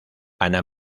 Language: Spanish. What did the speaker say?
ana